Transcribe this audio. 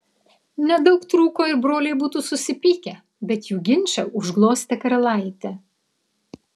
nedaug trūko ir broliai būtų susipykę bet jų ginčą užglostė karalaitė